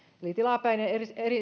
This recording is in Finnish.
eli tilapäinen